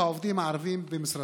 1. מה אחוז העובדים הערבים במשרדכם?